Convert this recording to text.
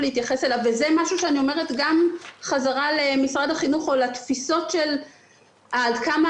וזה משהו שאני אומרת גם חזרה למשרד החינוך או לתפיסות של עד כמה